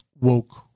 Woke